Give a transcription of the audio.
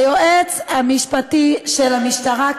גם חוות הדעת של היועץ המשפטי של המשטרה,